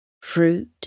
Fruit